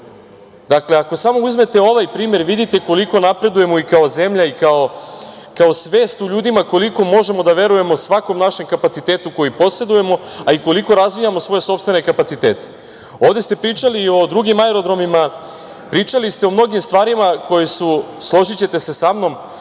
420.000.Ako samo uzmete ovaj primer vidite koliko napredujemo i kao zemlja i kao svest u ljudima koliko možemo da verujemo svakom našem kapacitetu koji posedujemo, a i koliko razvijamo svoje sopstvene kapacitete. Ovde ste pričali o drugim aerodromima, pričali ste o mnogim stvarima koje su, složićete se sa mnom